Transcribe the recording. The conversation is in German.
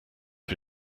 für